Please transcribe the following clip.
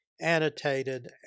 Annotated